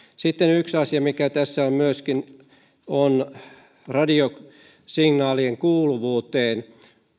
sitten yksi asia mikä tässä on myöskin on se että radiosignaalien kuuluvuuteen